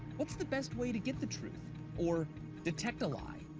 what's the best way to get the truth or detect a lie?